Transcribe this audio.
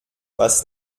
was